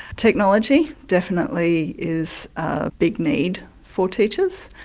technology definitely is a big need for teachers,